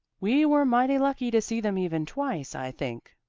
we were mighty lucky to see them even twice, i think,